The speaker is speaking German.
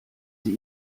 sie